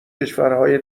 کشورهای